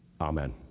Amen